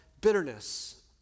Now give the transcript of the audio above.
bitterness